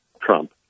Trump